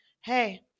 hey